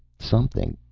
something.